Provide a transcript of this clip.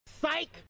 Psych